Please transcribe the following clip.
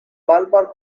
ballpark